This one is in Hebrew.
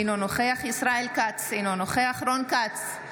אינו נוכח ישראל כץ, אינו נוכח רון כץ,